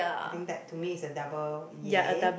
I think that to me is the double ya